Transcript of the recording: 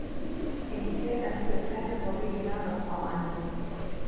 ėgi tie estai visai neblogai gyvena pamanėme